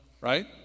right